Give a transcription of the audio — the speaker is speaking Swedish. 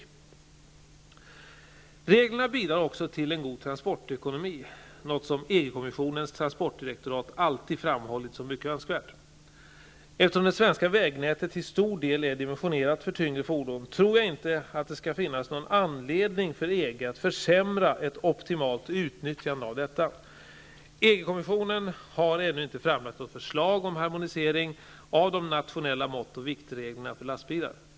Reglerna bidrar också till en god transportekonomi, något som EG-kommissionens transportdirektorat alltid framhållit som mycket önskvärt. Eftersom det svenska vägnätet till stor del är dimensionerat för tyngre fordon, tror jag inte att det skall finnas någon anledning för EG att försämra ett optimalt utnyttjande av detta. EG-kommissionen har ännu inte framlagt något förslag om harmonisering av de nationella måttoch viktreglerna för lastbilar.